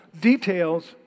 details